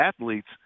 athletes